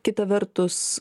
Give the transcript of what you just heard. kita vertus